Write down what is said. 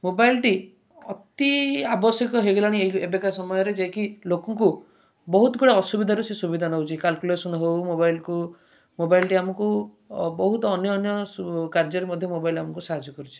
ମୋବାଇଲ୍ଟି ଅତି ଆବଶ୍ୟକ ହୋଇଗଲାଣି ଏବେକା ସମୟରେ ଯେ କି ଲୋକଙ୍କୁ ବହୁତ ଗୁଡ଼ାଏ ଅସୁବିଧାରୁ ସେ ସୁବିଧା ଦେଉଛି କାଲକୁଲେସନ୍ ହେଉ ମୋବାଇଲ୍କୁ ମୋବାଇଲ୍ଟି ଆମକୁ ବହୁତ ଅନ୍ୟ ଅନ୍ୟ କାର୍ଯ୍ୟରେ ମଧ୍ୟ ମୋବାଇଲ୍ ଆମକୁ ସାହାଯ୍ୟ କରୁଛି